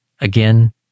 Again